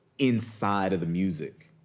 inside of the music.